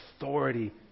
authority